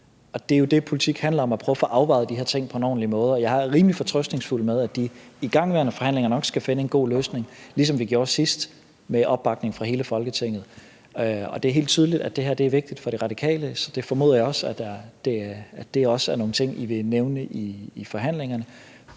Det er jo det, politik handler om: at prøve at få afvejet de her ting på en ordentlig måde. Og jeg er rimelig fortrøstningsfuld, med hensyn til at vi i de igangværende forhandlinger nok skal finde en god løsning, ligesom vi gjorde sidst, med opbakning fra hele Folketinget. Det er helt tydeligt, at det her er vigtigt for De Radikale, så det formoder jeg også er nogle ting I vil nævne i forhandlingerne.